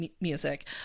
music